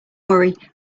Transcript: worry